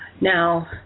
Now